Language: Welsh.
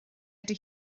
ydy